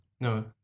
No